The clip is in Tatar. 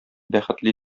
бәхетле